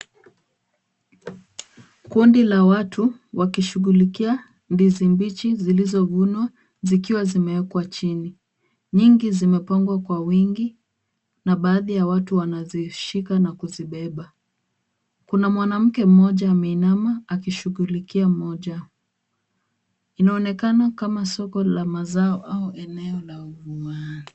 Kundi la watu wakishughulikia ndizi mbichi zilizovunwa zikiwa zimeekwa chini. Nyingi zimepangwa kwa wingi na baadhi ya watu wanazishika na kuzibeba . Kuna mwanamke mmoja ameinama akishughulikia moja. Inaonekana kama soko la mazao au eneo la umma .